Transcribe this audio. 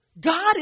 God